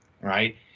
right